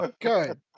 Good